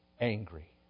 angry